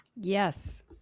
Yes